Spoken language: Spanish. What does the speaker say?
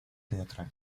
teatral